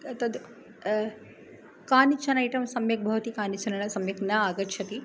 तद् कानिचन ऐटम्स् सम्यक् भवति कानिचन न सम्यक् न आगच्छति